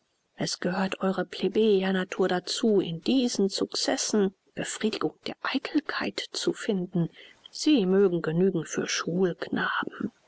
es gehört eure plebejer natur dazu in diesen successen befriedigung der eitelkeit zu finden sie mögen genügen für